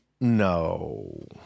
No